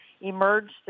emerged